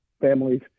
families